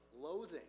loathing